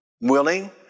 Willing